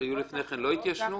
שהיו לפני כן לא יתיישנו?